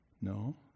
No